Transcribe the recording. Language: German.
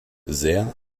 sehr